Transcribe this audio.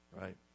Right